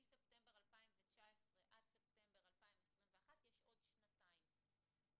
ומספטמבר 2019 עד ספטמבר 2021 יש עוד שנתיים.